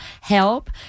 help